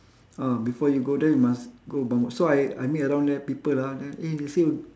ah before you go there you must go bumboat so I I meet around there people ah then eh they say